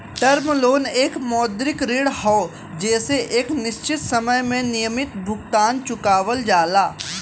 term loan एक मौद्रिक ऋण हौ जेसे एक निश्चित समय में नियमित भुगतान चुकावल जाला